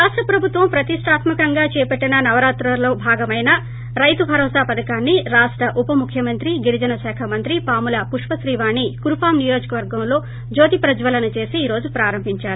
రాష్ట ప్రభుత్వం ప్రతిష్ణాత్మకంగా చేపట్లిన నవరత్నాలులో భాగమైన రైతు భరోసా పథకాన్ని రాష్ట ఉప ముఖ్యమంత్రి గిరిజన శాఖ మంత్రి పాముల పుష్పశ్రీవాణి కురుపాం నియెజకవర్గంలో జ్యోతి ప్రజ్యలన చేసి ఈ రోజు ప్రారంభించారు